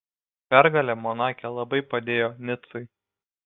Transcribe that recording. pergalė monake labai padėjo nicui